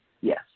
yes